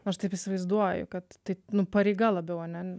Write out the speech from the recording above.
nu aš taip įsivaizduoju kad taip nu pareiga labiau ane